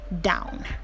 down